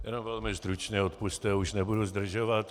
Jenom velmi stručně, odpusťte, už nebudu zdržovat.